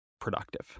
productive